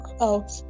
out